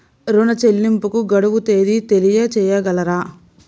ఋణ చెల్లింపుకు గడువు తేదీ తెలియచేయగలరా?